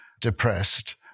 depressed